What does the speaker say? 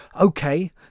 Okay